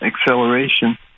acceleration